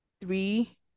Three